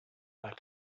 back